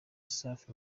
safi